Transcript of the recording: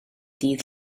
dydd